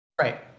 right